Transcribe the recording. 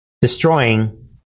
destroying